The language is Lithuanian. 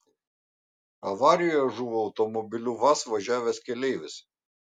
avarijoje žuvo automobiliu vaz važiavęs keleivis